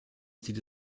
sieht